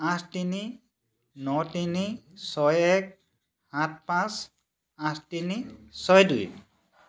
আঠ তিনি ন তিনি ছয় এক সাত পাঁচ আঠ তিনি ছয় দুই